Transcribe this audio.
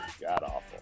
god-awful